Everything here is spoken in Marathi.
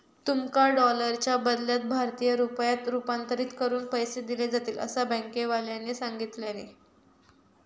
तुमका डॉलरच्या बदल्यात भारतीय रुपयांत रूपांतरीत करून पैसे दिले जातील, असा बँकेवाल्यानी सांगितल्यानी